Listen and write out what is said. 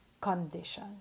condition